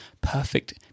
perfect